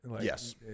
Yes